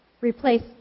replace